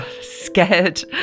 scared